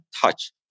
touch